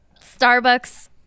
Starbucks